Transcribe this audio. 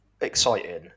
exciting